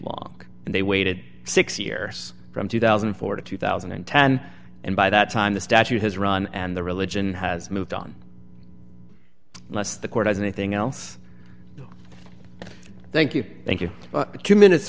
long and they waited six years from two thousand and four to two thousand and ten and by that time the statute has run and the religion has moved on unless the court has anything else thank you thank you q minutes